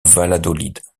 valladolid